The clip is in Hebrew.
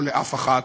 או לאף אחת,